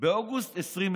באוגוסט 2020